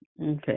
okay